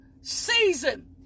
season